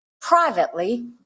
privately